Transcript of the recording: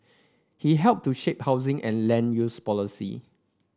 he helped to shape housing and land use policy